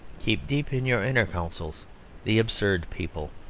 keep deep in your inner councils the absurd people.